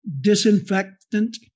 disinfectant